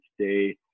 stay